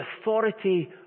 authority